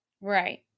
Right